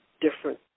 different